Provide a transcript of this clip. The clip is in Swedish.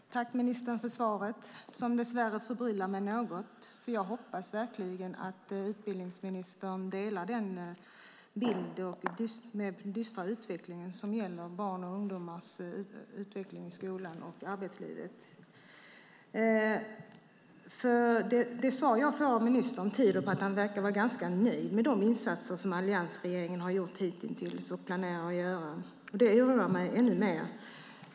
Herr talman! Jag tackar ministern för svaret, som dess värre förbryllar mig något. Jag hoppas verkligen att utbildningsministern delar min bild av den dystra utvecklingen vad gäller barns och ungdomars utveckling i skolan och arbetslivet. Det svar jag får av ministern tyder på att han verkar vara ganska nöjd med de insatser som alliansregeringen har gjort hittills eller planerar att göra. Det oroar mig ännu mer.